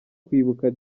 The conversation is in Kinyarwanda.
kwibuka